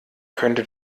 könnte